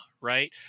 right